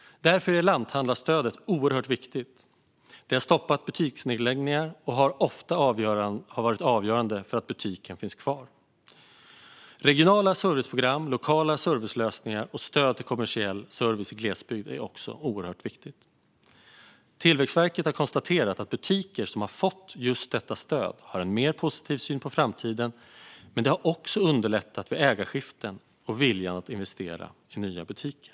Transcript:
Därför är lanthandlarstödet oerhört viktigt. Det har stoppat butiksnedläggningar och har ofta varit avgörande för att butiker finns kvar. Regionala serviceprogram, lokala servicelösningar och stöd till kommersiell service i glesbygd är också oerhört viktigt. Tillväxtverket har konstaterat att butiker som har fått just detta stöd har en mer positiv syn på framtiden, men det har också underlättat ägarskiften och ökat viljan att investera i nya butiker.